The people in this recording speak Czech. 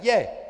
Je.